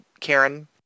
Karen